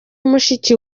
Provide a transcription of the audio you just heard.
mushiki